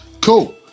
Cool